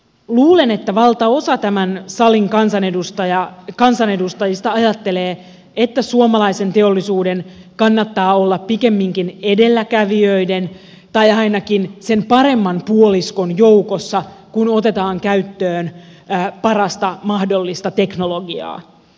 luulen että valtaosa tämän salin kansanedustajista ajattelee että suomalaisen teollisuuden kannattaa olla pikemminkin edelläkävijöiden tai ainakin sen paremman puoliskon joukossa kun otetaan käyttöön parasta mahdollista teknologiaa